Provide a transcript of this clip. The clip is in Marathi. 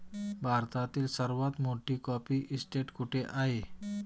भारतातील सर्वात मोठी कॉफी इस्टेट कुठे आहे?